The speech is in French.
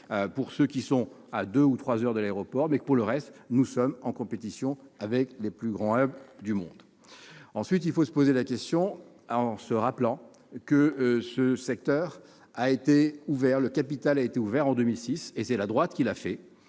pour ceux qui sont à deux ou trois heures de l'aéroport. Mais, pour le reste, nous sommes en compétition avec les plus grands du monde. Ensuite, il faut poser la question en se rappelant que le capital de cette entreprise a été ouvert en 2006- c'est la droite qui en est